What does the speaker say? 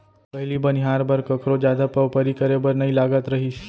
पहिली बनिहार बर कखरो जादा पवपरी करे बर नइ लागत रहिस